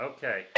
Okay